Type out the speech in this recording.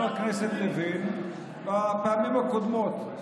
בדיוק כפי שעשה חבר הכנסת לוין בפעמים הקודמות.